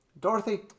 Dorothy